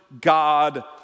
God